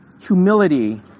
humility